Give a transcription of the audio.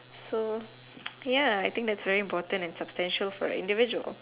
so ya I think that's very important and substantial for individual